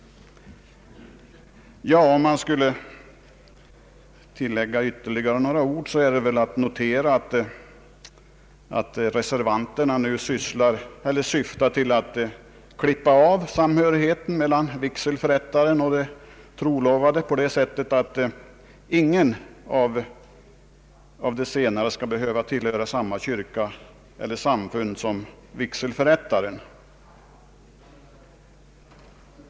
Om jag skulle tillägga ytterligare några ord, så vore det väl att reservanterna syftar till att klippa av samhörigheten mellan vigselförrättaren och de trolevade på det sättet att ingen av de senare skall behöva tillhöra samma kyrka eller samfund som <vigselförrättaren.